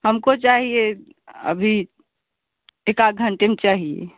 हमको चाहिए अभी एक आध घंटे में चाहिए